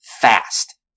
fast